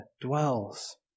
dwells